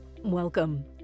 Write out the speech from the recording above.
Welcome